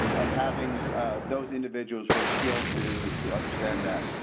and having those individuals who are skilled to to understand that.